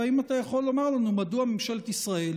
האם אתה יכול לומר לנו מדוע ממשלת ישראל